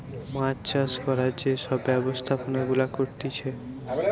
মাছ চাষ করার যে সব ব্যবস্থাপনা গুলা করতিছে